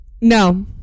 No